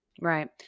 Right